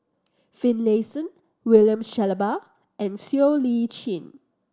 Finlayson William Shellabear and Siow Lee Chin